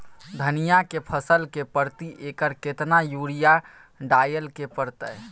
धनिया के फसल मे प्रति एकर केतना यूरिया डालय के परतय?